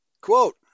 Quote